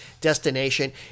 destination